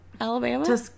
Alabama